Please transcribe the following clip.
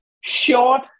short